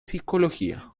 psicología